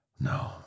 No